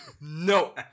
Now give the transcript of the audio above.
No